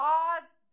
God's